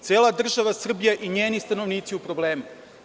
Cela država Srbija i njeni stanovnici su u problemu.